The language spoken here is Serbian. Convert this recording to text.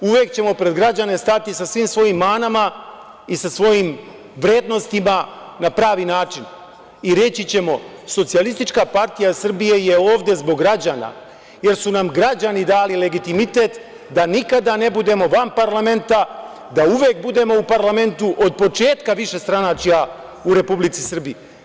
Uvek ćemo pred građane stati sa svim svojim manama i sa svojim vrednostima na pravi način i reći ćemo – Socijalistička partija Srbije je ovde zbog građana, jer su nam građani dali legitimitet da nikada ne budemo van parlamenta, da uvek budemo u parlamentu od početka višestranačja u Republike Srbije.